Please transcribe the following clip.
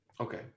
Okay